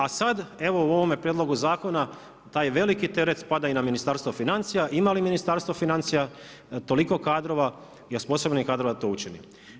A sada evo u ovome prijedlogu zakona taj veliki teret spada i na Ministarstvo financija, ima li Ministarstvo financija toliko kadrova i … kadrova da to učini.